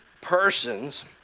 persons